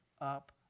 up